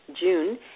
June